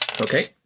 Okay